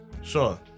Sure